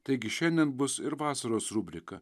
taigi šiandien bus ir vasaros rubrika